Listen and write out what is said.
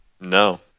No